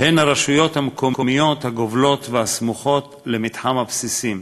הן הרשויות המקומיות הגובלות והסמוכות למתחם הבסיסים: